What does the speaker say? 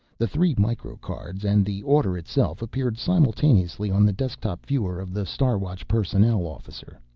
the three microcards and the order itself appeared simultaneously on the desktop viewer of the star watch personnel officer.